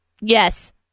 Yes